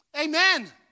Amen